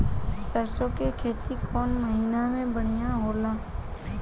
सरसों के खेती कौन महीना में बढ़िया होला?